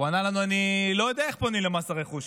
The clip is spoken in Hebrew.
והוא ענה לנו: אני לא יודע איך פונים למס רכוש.